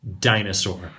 dinosaur